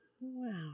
Wow